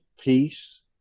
peace